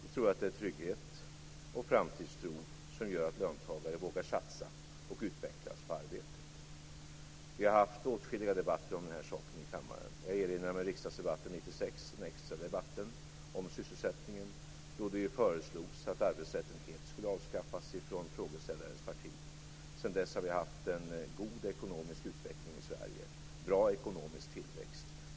Vi tror att det är trygghet och framtidstro som gör att löntagare vågar satsa och utvecklas på arbetet. Vi har haft åtskilliga debatter om denna sak i kammaren. Jag erinrar mig riksdagsdebatten 1996 - den extra debatten - om sysselsättningen, då frågeställarens parti föreslog att arbetslösheten helt skulle avskaffas. Sedan dess har vi haft en god ekonomisk utveckling i Sverige och bra ekonomisk tillväxt.